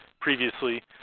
previously